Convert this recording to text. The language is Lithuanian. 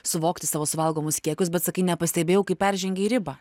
suvokti savo suvaldomus kiekius bet sakai nepastebėjau kaip peržengei ribą